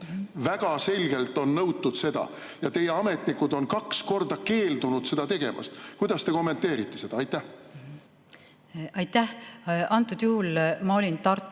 Väga selgelt on nõutud seda. Teie ametnikud on kaks korda keeldunud seda tegemast. Kuidas te kommenteerite seda? Aitäh! Antud juhul ma olin Tartus